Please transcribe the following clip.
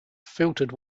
filtered